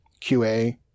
QA